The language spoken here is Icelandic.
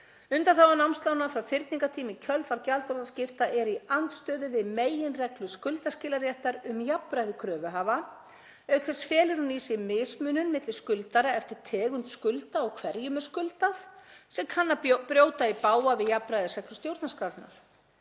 Undanþágan námslána frá fyrningartíma í kjölfar gjaldþrotaskipta er í andstöðu við meginreglu skuldaskilaréttar um jafnræði kröfuhafa. Auk þess felur hún í sér mismunun milli skuldara eftir tegund skulda og hverjum er skuldað sem kann að brjóta í bága við jafnræðisreglu stjórnarskrárinnar.